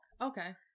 Okay